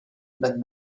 but